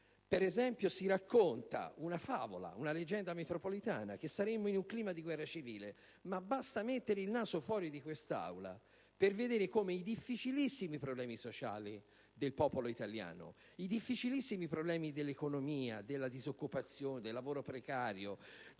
Per esempio, si racconta la favola, la leggenda metropolitana per cui saremmo in un clima di guerra civile. Basta mettere il naso fuori di quest'Aula per vedere come i difficilissimi problemi sociali del popolo italiano, dell'economia, della disoccupazione, del lavoro precario,